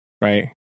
Right